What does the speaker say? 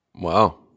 Wow